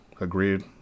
agreed